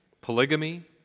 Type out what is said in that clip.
polygamy